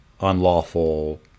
unlawful